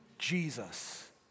Jesus